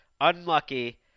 unlucky